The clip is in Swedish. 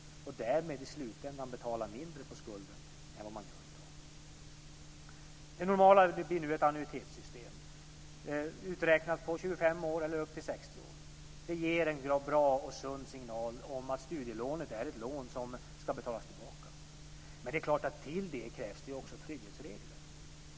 Därmed skulle man i slutändan betala mindre på skulden än vad man gör i dag. Det normala blir nu ett annuitetssystem uträknat på 25 år eller upp till dess man fyller 60 år. Det ger en bra och sund signal om att studielånet är ett lån som ska betalas tillbaka. Men det är klart att det krävs trygghetsregler till det också.